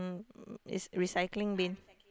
is recycling bin